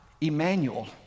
Emmanuel